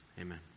amen